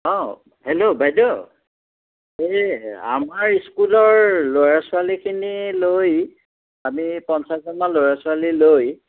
অঁ হেল্ল' বাইদেউ এই আমাৰ স্কুলৰ ল'ৰা ছোৱালীখিনি লৈ আমি পঞ্চাছজনমান ল'ৰা ছোৱালী লৈ